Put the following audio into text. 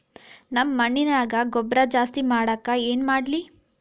ನಮ್ಮ ಮಣ್ಣಿನ್ಯಾಗ ಗೊಬ್ರಾ ಜಾಸ್ತಿ ಮಾಡಾಕ ಏನ್ ಮಾಡ್ಲಿ?